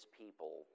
people